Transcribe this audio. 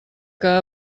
que